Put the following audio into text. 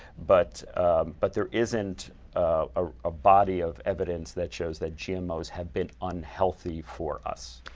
but but there isn't a ah body of evidence that shows that gmos have been unhealthy for us.